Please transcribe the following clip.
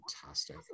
fantastic